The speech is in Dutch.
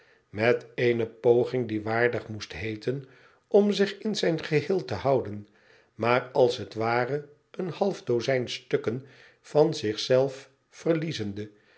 met eene poging die waardig moest heeten om zich in zijn geheel te houden maar als het ware een halfdozijn stukken van